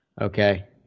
Okay